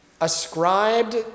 ascribed